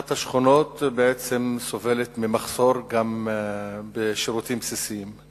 אחת השכונות בעצם סובלת ממחסור גם בשירותים בסיסיים.